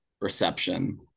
reception